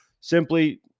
simply